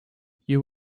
you